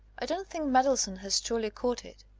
i don't think mendelssohn has truly caught it,